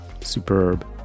Superb